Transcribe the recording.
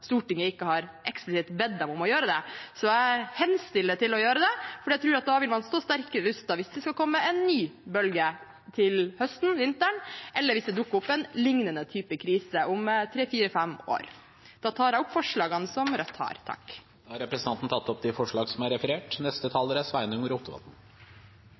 Stortinget ikke eksplisitt har bedt dem om å gjøre det, så jeg henstiller til dem å gjøre det, for jeg tror at man da vil stå sterkere rustet hvis det skulle komme en ny bølge til høsten/vinteren, eller hvis det dukker opp en lignende type krise om tre, fire, fem år. Da tar jeg opp forslagene Rødt har. Representanten Marie Sneve Martinussen har tatt opp de